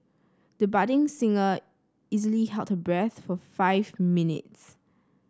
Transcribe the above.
the budding singer easily held her breath for five minutes